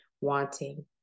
wanting